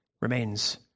remains